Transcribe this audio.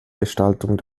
gestaltung